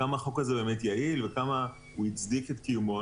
עד כמה החוק הזה באמת יעיל ועד כמה הוא הצדיק את קיומו.